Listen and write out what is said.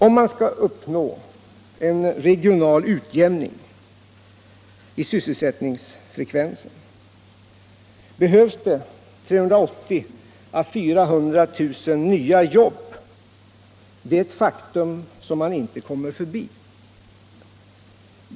Om man skall uppnå en regional utjämning i sysselsättningsfrekvensen behövs det 380 000 å 400 000 nya jobb; det är ett faktum som man inte kommer förbi.